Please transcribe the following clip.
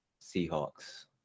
Seahawks